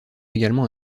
également